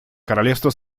королевство